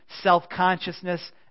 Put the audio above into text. self-consciousness